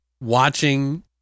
watching